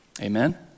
Amen